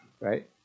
Right